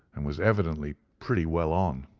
and was evidently pretty well on.